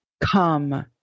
come